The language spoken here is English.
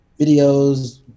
videos